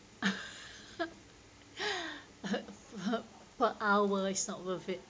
per hour is not worth it